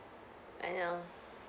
I know